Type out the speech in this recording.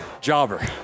Jobber